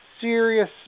serious